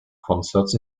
concerts